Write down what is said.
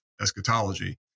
eschatology